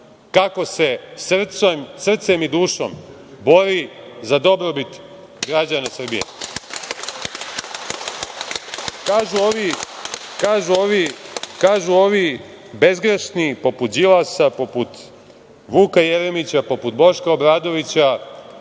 kako se srcem i dušom bori za dobrobit građana Srbije. Kažu ovi bezgrešni, poput Đilasa, poput Vuka Jeremića, poput Boška Obradovića